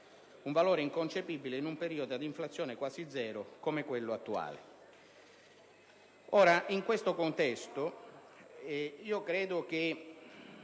un valore inconcepibile in un periodo ad inflazione quasi zero come quello attuale.